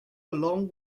along